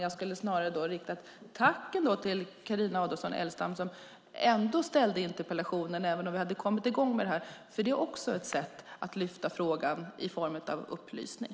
Jag skulle därför, fru talman, vilja rikta ett tack till Carina Adolfsson Elgestam som ställde interpellationen fastän vi hade kommit i gång med detta. Det är ett sätt att lyfta upp frågan och få upplysning.